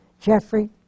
Jeffrey